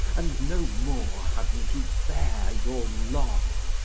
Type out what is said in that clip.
and no more have ye to bear your long,